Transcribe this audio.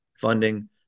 funding